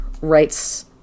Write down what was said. writes